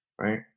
right